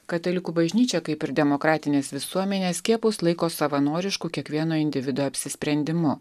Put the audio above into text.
katalikų bažnyčia kaip ir demokratinės visuomenės skiepus laiko savanorišku kiekvieno individo apsisprendimu